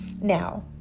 now